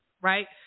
right